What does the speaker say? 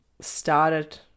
started